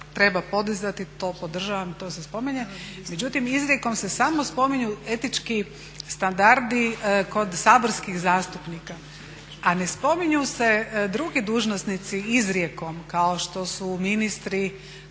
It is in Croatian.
treba podizati, to podržavam, to se spominje. Međutim, izrijekom se samo spominju etički standardi kod saborskih zastupnika a ne spominju se drugi dužnosnici izrijekom kao što su ministri,